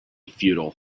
futile